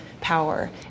power